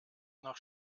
nach